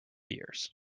years